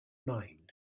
mind